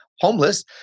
homeless